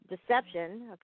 Deception